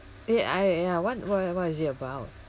eh I I want wha~ what is it about